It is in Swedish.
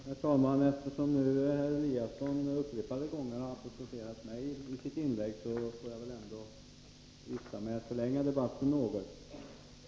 Herr talman! Eftersom herr Eliasson upprepade gånger apostroferade mig i sitt inlägg, får jag väl drista mig att förlänga debatten något.